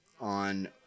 on